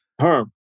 Herm